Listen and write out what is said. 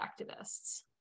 activists